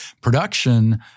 production